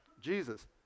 Jesus